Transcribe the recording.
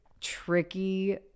tricky